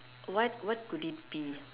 what what could it be hmm